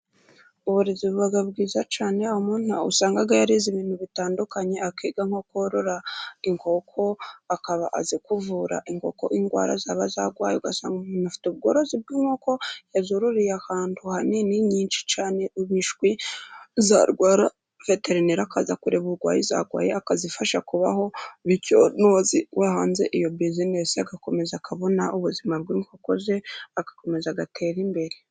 Uburezi bubaga bwiza cyane, umuntu usanga yarize ibintu bitandukanye akiga nko korora inkoko akaba azi kuvura inkoko, indwara ziba zirwaye umuntu afite ubworozi bw'inkoko yazororeye ahantu hanini, nyinshi cyane imishwi zarwara veterinera akaza kureba ubugwayi zaryaye akazifasha kubaho, bityo uwahanze iyo bizinesi agakomeza akabona ubuzima bwiza agakomeza agatera imbere.